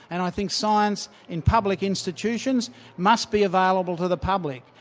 and i think science in public institutions must be available to the public.